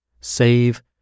save